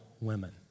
women